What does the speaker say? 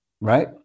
Right